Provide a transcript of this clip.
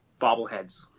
bobbleheads